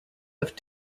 have